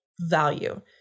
value